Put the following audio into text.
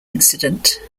incident